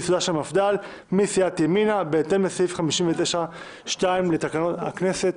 מיסודה של המפד"ל מסיעת ימינה בהתאם לסעיף 59(2) לתקנון הכנסת.